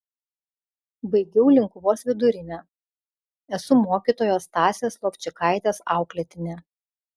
baigiau linkuvos vidurinę esu mokytojos stasės lovčikaitės auklėtinė